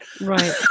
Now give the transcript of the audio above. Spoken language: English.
right